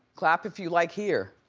clap if you like here.